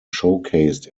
showcased